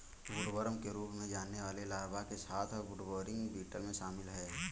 woodworm के रूप में जाने वाले लार्वा के साथ वुडबोरिंग बीटल में शामिल हैं